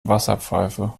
wasserpfeife